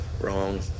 wrong